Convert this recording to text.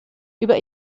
über